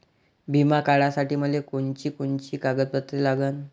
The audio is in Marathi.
बिमा काढासाठी मले कोनची कोनची कागदपत्र लागन?